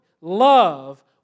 Love